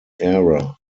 era